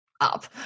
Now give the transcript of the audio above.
up